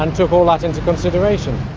and took all that into consideration.